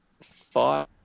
five